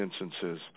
instances